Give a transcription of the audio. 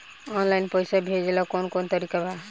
Online पइसा भेजेला कवन कवन तरीका बा?